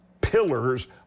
pillars